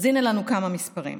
אז הינה לנו כמה מספרים: